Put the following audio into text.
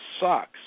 sucks